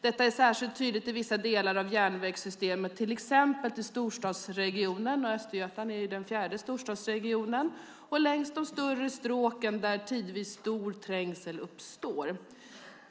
Detta är särskilt tydligt i vissa delar av järnvägssystemet, till exempel i storstadsregionerna - Östergötland är ju den fjärde storstadsregionen - och längs de större stråken, där tidvis stor trängsel uppstår.